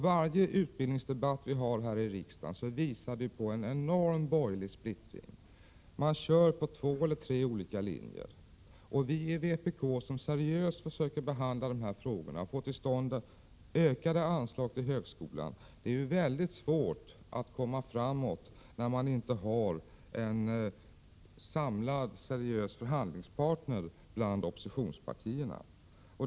Varje utbildningsdebatt som hålls här i riksdagen visar på en enorm borgerlig splittring. Man kör på två eller tre olika linjer. Vii vpk, som seriöst försöker behandla de här frågorna och få till stånd ökade anslag till högskolan, har väldigt svårt att komma framåt när vi inte har en samlad, seriös förhandlingspartner bland oppositionspartierna.